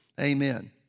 Amen